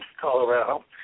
Colorado